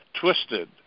twisted